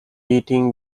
beaten